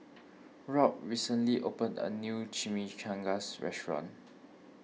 Robb recently opened a new Chimichangas restaurant